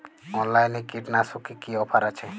অনলাইনে কীটনাশকে কি অফার আছে?